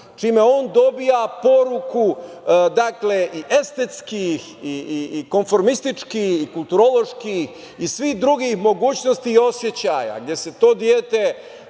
čime on dobija poruku i estetskih i konformističkih i kulturoloških i svih drugih mogućnosti i osećaja, gde se to dete